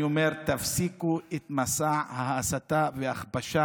אני אומר: תפסיקו את מסע ההסתה וההכפשה